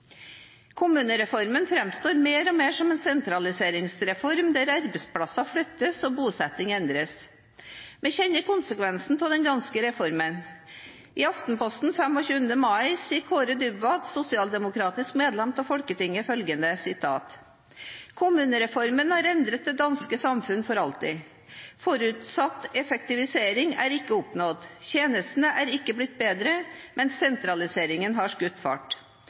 Kommunereformen framstår mer og mer som en sentraliseringsreform, der arbeidsplasser flyttes og bosettinger endres. Vi kjenner konsekvensene av den danske reformen. I Aftenposten den 24. mai sier Kaare Dybvad, sosialdemokratisk representant i det danske Folketinget, følgende: Kommunereformen har endret det danske samfunn for alltid. Forutsatt effektivisering er ikke oppnådd. Tjenestene er ikke blitt bedre, men sentraliseringen har skutt fart.